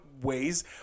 ways